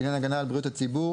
לעניין הגנה על בריאות הציבור,